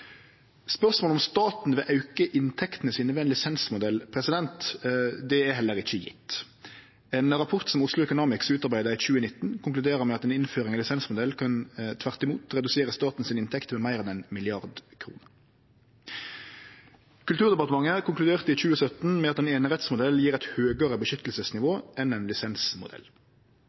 Spørsmålet om staten vil auke inntektene sine ved ein lisensmodell er heller ikkje gjeve. Ein rapport som Oslo Economics utarbeidde i 2019, konkluderer med at ei innføring av lisensmodell tvert imot kan redusere statens inntekter med meir enn éin milliard kroner. Kulturdepartementet konkluderte i 2017 med at ein einerettsmodell gjev eit høgare beskyttelsesnivå enn ein lisensmodell.